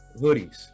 hoodies